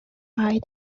eye